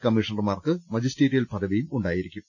കമ്മീഷണർമാർക്ക് magisterial പദ വിയും ഉണ്ടായിരിക്കും